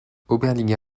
oberliga